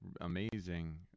amazing